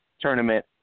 tournament